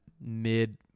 mid